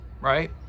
right